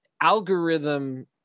algorithm